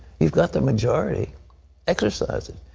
you've got the majority exercise it.